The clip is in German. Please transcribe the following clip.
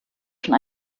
schon